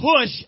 push